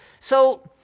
so,